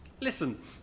Listen